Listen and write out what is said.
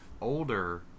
older